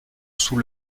sous